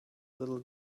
little